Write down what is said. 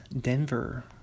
Denver